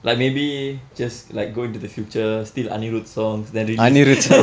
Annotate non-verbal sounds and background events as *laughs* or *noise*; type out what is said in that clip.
like maybe just like go into the future steal anirudh songs then release *laughs*